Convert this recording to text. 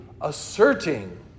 asserting